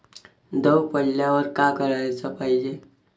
दव पडल्यावर का कराच पायजे?